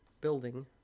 building